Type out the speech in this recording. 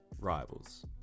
rivals